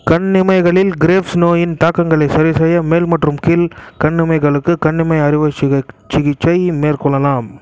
கண்ணிமைகளில் Graves நோயின் தாக்கங்களைச் சரிசெய்ய மேல் மற்றும் கீழ் கண்ணிமைகளுக்கு கண்ணிமை அறுவை சிகிச் சிகிச்சை மேற்கொள்ளலாம்